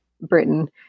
Britain